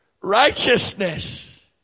righteousness